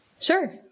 Sure